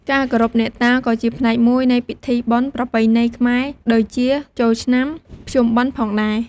ការគោរពអ្នកតាក៏ជាផ្នែកមួយនៃពិធីបុណ្យប្រពៃណី ខ្មែរដូចជាចូលឆ្នាំ ភ្ជុំបិណ្ឌផងដែរ។